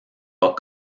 pas